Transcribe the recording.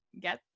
get